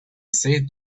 said